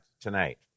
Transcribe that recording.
tonight